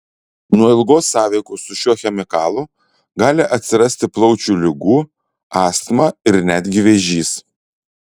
nuo ilgos sąveikos su šiuo chemikalu gali atsirasti plaučių ligų astma ir netgi vėžys